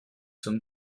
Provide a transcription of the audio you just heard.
sommes